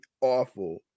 awful